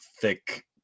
thick